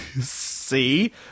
See